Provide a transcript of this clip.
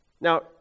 Now